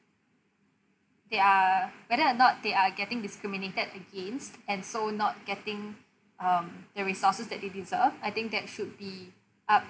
they are whether or not they are getting discriminated against and so not getting um the resources that they deserve I think that should be up